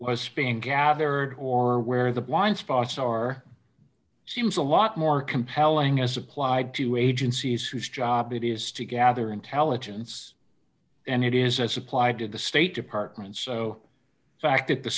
was speaking gathered or where the blind spots are seems a lot more compelling as applied to agencies whose job it is to gather intelligence and it is applied to the state department so fact that the